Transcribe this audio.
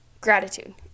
gratitude